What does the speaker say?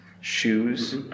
shoes